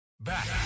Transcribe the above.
Back